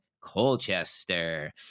colchester